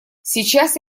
сейчас